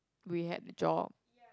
we had the job